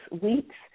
weeks